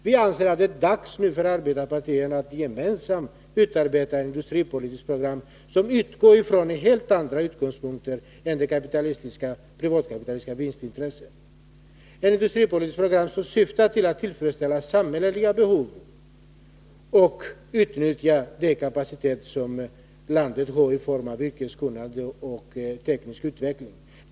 Vi anser att det är dags för arbetarpartierna att gemensamt utarbeta ett industripolitiskt program som utgår från helt andra utgångspunkter än det privatkapitalistiska vinstintresset, ett industripolitiskt program som syftar till att tillfredsställa samhälleliga behov och utnyttja den kapacitet som landet har i form av yrkeskunnande och teknisk utveckling.